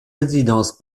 résidences